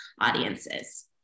audiences